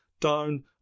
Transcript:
down